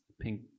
pink